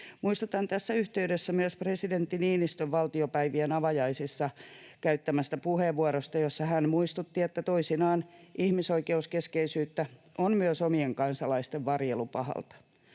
Muistutan tässä yhteydessä myös presidentti Niinistön valtiopäivien avajaisissa käyttämästä puheenvuorosta, jossa hän muistutti, että toisinaan ihmisoikeuskeskeisyyttä on myös omien kansalaisten varjelu pahalta.